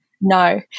no